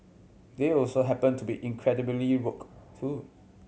they also happen to be incredibly woke too